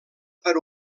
per